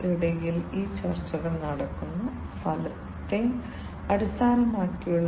ആദ്യം നമ്മൾ ഈ മെമ്മറി അയയ്ക്കാൻ പോകുന്നത് വിലാസം അയയ്ക്കാൻ പോകുന്നു